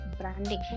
branding